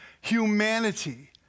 humanity